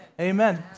Amen